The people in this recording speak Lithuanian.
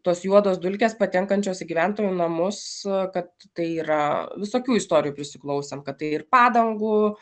tos juodos dulkės patenkančios į gyventojų namus kad tai yra visokių istorijų prisiklausėm kad tai ir padangų